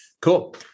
Cool